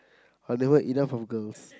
I'm never enough of girls